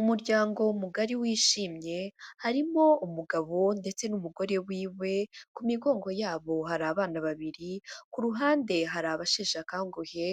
Umuryango mugari wishimye, harimo umugabo ndetse n'umugore w'iwe, ku migongo yabo hari abana 2, ku ruhande hari abasheshe akanguhe